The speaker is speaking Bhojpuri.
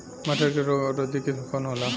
मटर के रोग अवरोधी किस्म कौन होला?